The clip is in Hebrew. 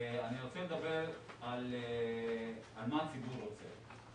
אני רוצה לדבר על מה הציבור רוצה,